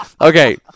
Okay